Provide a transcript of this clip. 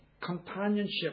companionship